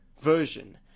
version